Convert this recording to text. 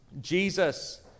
Jesus